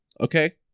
Okay